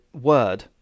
Word